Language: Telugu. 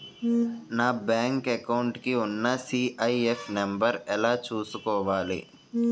నా బ్యాంక్ అకౌంట్ కి ఉన్న సి.ఐ.ఎఫ్ నంబర్ ఎలా చూసుకోవాలి?